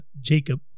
Jacob